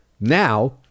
now